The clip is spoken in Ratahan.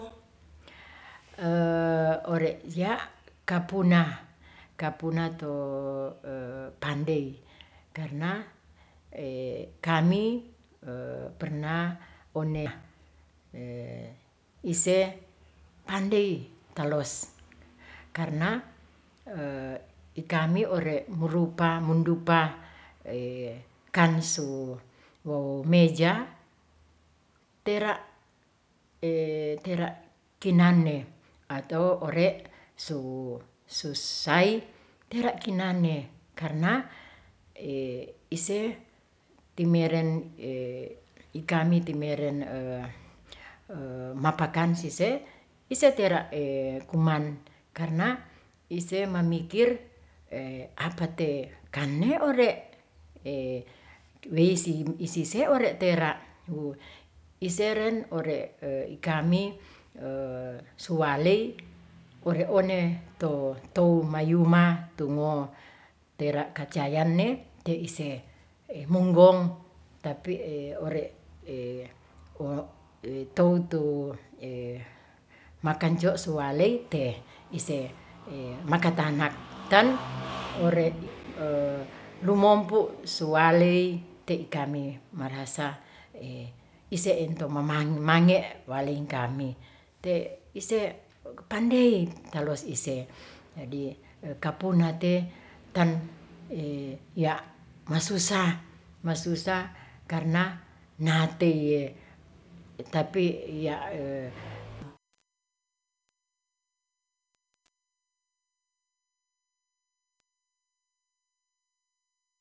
ore' ja kapuna, kapuna to pandei karna kami pernah one isei pandei talos karna ikami ore' murupa mundupa kansu wo meja, tera kinnanne atau ore' su susai tera kinnane karna isei timeren ikami timeren mapakan sise ise tera' kuman karna isei mamikir apate kane ore' wei sipisisi ore' tera wu iseren ore' ikami sualey ore' one to toumayuma tungo tera kacayan ne te'ise munggong tapi ore' toutu makangjo suale te ise makatanak ten ore' dumompu' suwalei te kami merasa ise ento mamangmange waling kami te ise pandei taluas ise. jadi kapuna te ton yak masusah, masusah karna nateye tapi iya